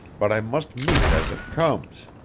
but i must meet it as it comes.